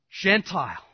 Gentile